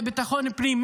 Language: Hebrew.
ביטחון פנים.